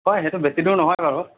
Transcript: হয় সেইটো বেছি দূৰ নহয় বাৰু